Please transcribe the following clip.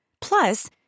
Plus